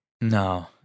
No